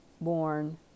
born